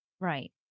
Right